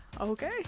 Okay